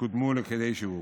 קודמו לכדי שיווק.